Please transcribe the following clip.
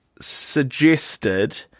suggested